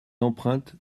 empreintes